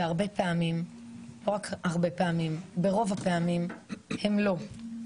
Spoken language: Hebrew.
ברוב הפעמים הם לא,